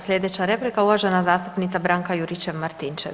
Sljedeća replika uvažena zastupnica Branka Juričev Martinčev.